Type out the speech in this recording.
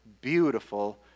beautiful